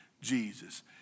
Jesus